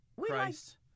Christ